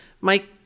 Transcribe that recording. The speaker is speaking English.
Mike